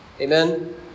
Amen